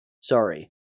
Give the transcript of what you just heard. sorry